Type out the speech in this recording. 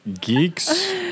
Geeks